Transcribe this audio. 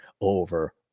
over